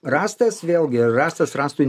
rąstas vėlgi rąstas rąstui